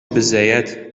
biżżejjed